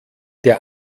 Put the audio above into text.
der